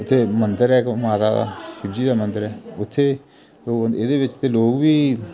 उत्थै मंदर ऐ एक माता दा शिव जी दा मंदर ऐ उत्थै एहदे बिच ते लोग बी